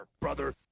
Brother